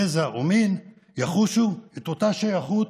גזע ומין יחושו את אותה שייכות